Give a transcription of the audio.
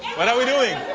what are we doing?